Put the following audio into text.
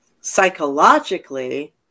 Psychologically